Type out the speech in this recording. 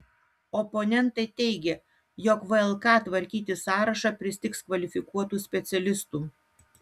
oponentai teigia jog vlk tvarkyti sąrašą pristigs kvalifikuotų specialistų